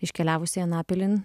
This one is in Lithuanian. iškeliavusį anapilin